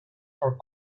are